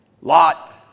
Lot